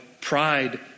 pride